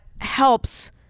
helps